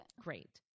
Great